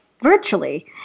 virtually